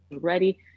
ready